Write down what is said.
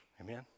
Amen